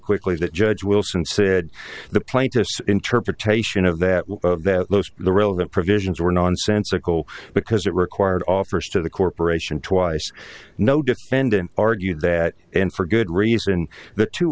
quickly that judge wilson said the plaintiff's interpretation of that the relevant provisions were nonsensical because it required offers to the corporation twice no defendant argued that and for good reason t